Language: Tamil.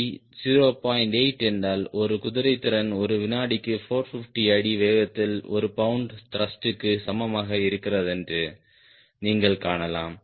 8 என்றால் ஒரு குதிரைத்திறன் ஒரு விநாடிக்கு 450 அடி வேகத்தில் ஒரு பவுண்டு த்ருஷ்ட்க்கு சமமாக இருக்கிறதென்று நீங்கள் காணலாம்